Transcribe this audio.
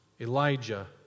Elijah